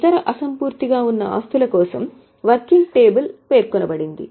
ఇతర అసంపూర్తిగా ఉన్న ఆస్తుల కోసం వర్కింగ్ టేబుల్ పేర్కొనబడింది